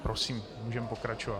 Prosím, můžeme pokračovat.